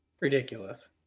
ridiculous